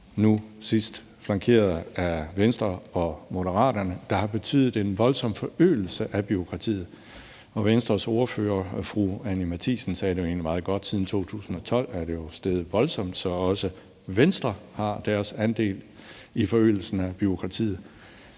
den sidste flankeret af Venstre og Moderaterne – der har betydet en voldsom forøgelse af bureaukratiet. Venstres ordfører fru Anni Matthiesen sagde det jo egentlig meget godt, nemlig at det siden 2012 er steget voldsomt. Så også Venstre har deres andel i forøgelsen af bureaukratiet.